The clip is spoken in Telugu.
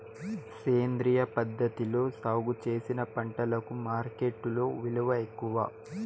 సేంద్రియ పద్ధతిలో సాగు చేసిన పంటలకు మార్కెట్టులో విలువ ఎక్కువ